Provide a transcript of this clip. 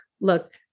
look